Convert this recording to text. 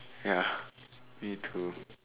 ya me too